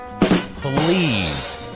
Please